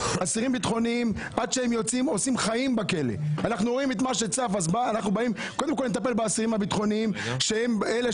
אסירים ביטחוניים עושים חיים בכלא עד שהם יוצאים.